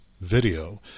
video